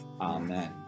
Amen